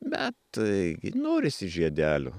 bet taigi norisi žiedelio